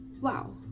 Wow